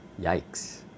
Yikes